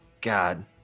God